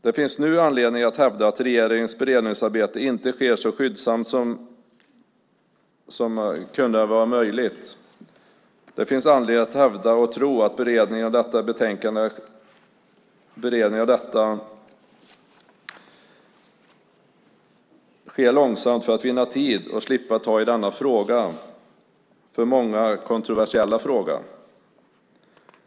Det finns nu anledning att hävda att regeringens beredningsarbete inte sker så skyndsamt som skulle vara möjligt. Det finns anledning att hävda och tro att beredningen av detta betänkande sker långsamt för att man ska vinna tid och slippa ta i denna för många kontroversiella fråga.